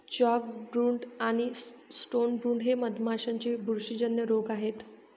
chalkbrood आणि stonebrood हे मधमाशांचे बुरशीजन्य रोग आहेत